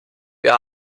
wir